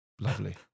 Lovely